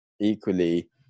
equally